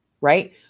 Right